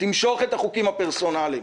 תמשוך את החוקים הפרסונליים.